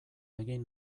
egin